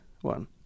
one